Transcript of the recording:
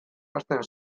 hasten